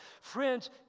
Friends